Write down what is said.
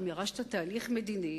ירשת גם תהליך מדיני,